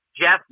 Jeff